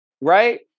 right